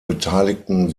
beteiligten